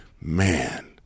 man